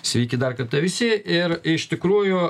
sveiki dar kartą visi ir iš tikrųjų